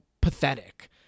pathetic